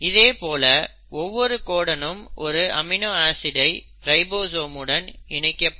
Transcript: இதேபோல ஒவ்வொரு கோடனுக்கும் ஒரு அமினோ ஆசிட் ரைபோசோமுடன் இணைக்கப்படும்